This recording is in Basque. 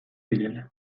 direla